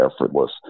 effortless